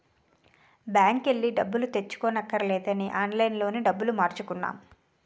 బాంకెల్లి డబ్బులు తెచ్చుకోవక్కర్లేదని ఆన్లైన్ లోనే డబ్బులు మార్చుకున్నాం